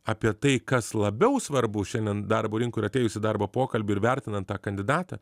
apie tai kas labiau svarbu šiandien darbo rinkoj ir atėjus į darbo pokalbį ir vertinant tą kandidatą